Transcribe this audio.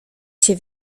się